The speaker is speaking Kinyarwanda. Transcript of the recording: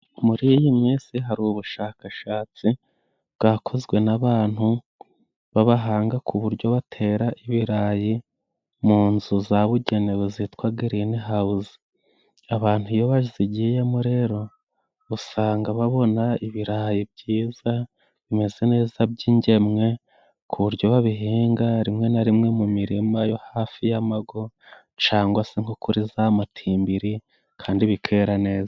Muri iyi minsi hari ubushakashatsi bwakozwe n'abantu b'abahanga, ku buryo batera ibirayi mu nzu zabugenewe zitwa gilini hawuzi, abantu iyo bazigiyemo rero usanga babona ibirayi byiza bimeze neza by'ingemwe, ku buryo babihinga rimwe na rimwe mu mirima yo hafi y'amago, cangwa se nko kuri za motimbiri kandi bikera neza.